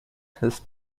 his